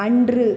அன்று